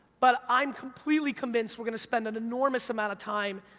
but i'm completely convinced we're gonna spend an enormous amount of time,